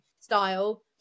style